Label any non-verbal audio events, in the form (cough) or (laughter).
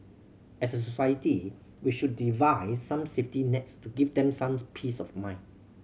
as a society we should devise some safety nets to give them some (unintelligible) peace of mind